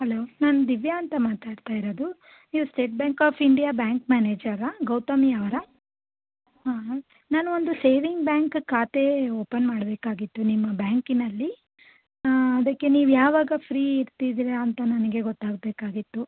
hello ನಾನು ದಿವ್ಯ ಅಂತ ಮಾತಾಡ್ತಾ ಇರೋದು ನೀವು state bank of India bank ಮ್ಯಾನೇಜರಾ ಗೌತಮಿ ಅವರಾ ಹಾಂ ನಾನು ಒಂದು ಸೇವಿಂಗ್ ಬ್ಯಾಂಕ್ ಖಾತೆ ಓಪನ್ ಮಾಡಬೇಕಾಗಿತ್ತು ನಿಮ್ಮ ಬ್ಯಾಂಕಿನಲ್ಲಿ ಅದಕ್ಕೆ ನೀವು ಯಾವಾಗ ಫ್ರೀ ಇರ್ತೀರಾ ಅಂತ ನನಗೆ ಗೊತ್ತಾಗಬೇಕಾಗಿತ್ತು